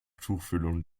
tuchfühlung